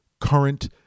current